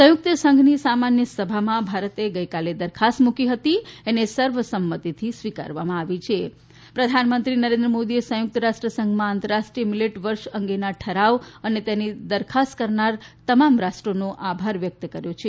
સંયુક્ત સંઘની સામાન્ય સભામાં ભારતે ગઈકાલે દરખાસ્ત મૂકી હતી એને સર્વસંમતિથી સ્વીકારવામાં આવી છે પ્રધાનમંત્રી નરેન્દ્ર મોદીએ સંયુક્ત રાષ્ટ્ર સંઘમાં આંતરરાષ્ટ્રીય મિલેટ્સ વર્ષ અંગેના ઠરાવ અને તેની દરખાસ્ત કરનાર તમામ રાષ્ટ્રોનો આભાર વ્યક્ત કર્યો છે